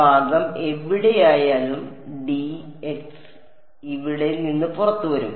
ഭാഗം എവിടെയായാലും ഇവിടെ നിന്ന് പുറത്തുവരും